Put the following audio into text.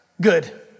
good